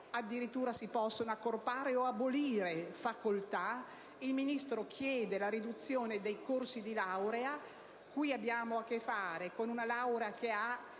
Addirittura si possono accorpare o abolire facoltà. Il Ministro chiede la riduzione dei corsi di laurea: qui abbiamo a che fare con una laurea a